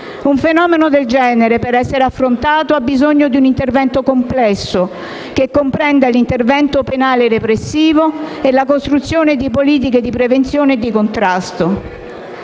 Un fenomeno del genere per essere affrontato ha bisogno di un intervento complesso che comprenda l'azione penale repressiva e la costruzione di politiche di prevenzione e contrasto.